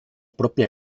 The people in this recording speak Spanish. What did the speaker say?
propia